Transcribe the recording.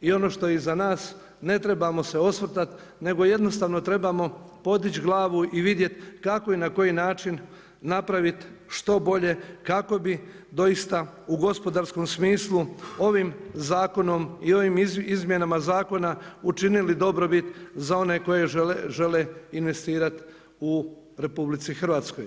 i ono što je iza nas ne trebamo se osvrtati nego jednostavno trebamo podići glavu i vidjeti kako i na koji način napraviti što bolje kako bi doista u gospodarskom smislu ovim zakonom i ovim izmjenama zakona učinili dobrobit za one koji žele investirati u Republici Hrvatskoj.